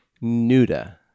Nuda